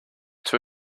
too